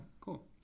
cool